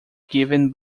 given